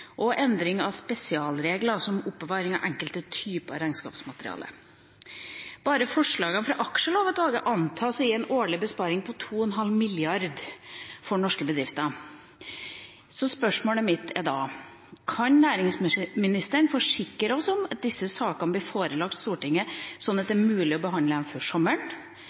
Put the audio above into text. og om å endre spesialregler om oppbevaring av enkelte typer regnskapsmateriale. Bare forslagene fra Aksjelovutvalget antas å gi en årlig besparelse på 2,5 mrd. kr for norske bedrifter. Spørsmålet mitt er: Kan næringsministeren forsikre oss om at disse sakene blir forelagt Stortinget, sånn at det er mulig å behandle dem før sommeren?